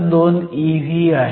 2 eV आहे